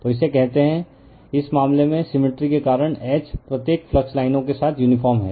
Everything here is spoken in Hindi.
तो इसे कहते हैं इस मामले में सिमिट्री के कारण H प्रत्येक फ्लक्स लाइनों के साथ यूनिफार्म है